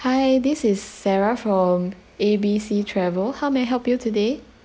hi this is sarah from A B C travel how may I help you today